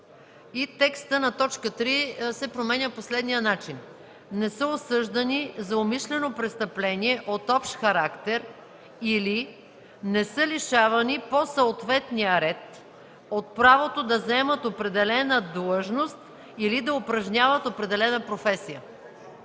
текстът на т. 3 се променя по следния начин: „3. не са осъждани за умишлено престъпление от общ характер или не са лишавани по съответния ред от правото да заемат определена длъжност или да упражняват определена професия.”